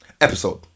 Episode